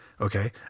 Okay